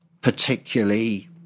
particularly